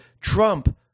Trump